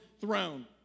throne